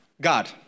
God